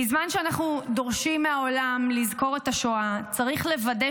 בזמן שאנחנו דורשים מהעולם לזכור את השואה צריך לוודא